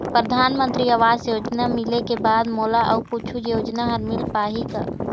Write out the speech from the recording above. परधानमंतरी आवास योजना मिले के बाद मोला अऊ कुछू योजना हर मिल पाही का?